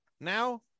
now